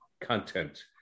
content